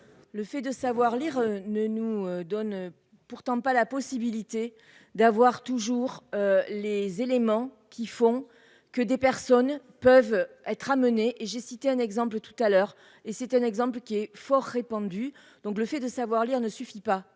Le fait de savoir lire, ne nous donne pourtant pas la possibilité d'avoir toujours les éléments qui font que des personnes peuvent être amenés et j'ai cité un exemple tout à l'heure et c'est un exemple qui est fort répandue, donc le fait de savoir lire ne suffit pas